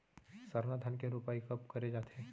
सरना धान के रोपाई कब करे जाथे?